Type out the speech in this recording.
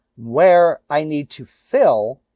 where i need to fill.